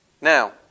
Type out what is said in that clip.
Now